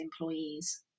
employees